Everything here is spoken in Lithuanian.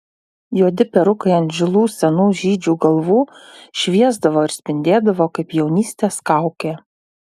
juodi perukai ant žilų senų žydžių galvų šviesdavo ir spindėdavo kaip jaunystės kaukė